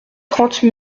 trente